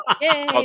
Yay